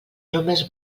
només